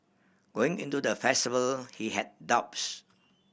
went into the festival he had doubts